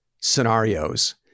scenarios